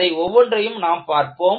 அதை ஒவ்வொன்றையும் நாம் பார்ப்போம்